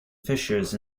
fissures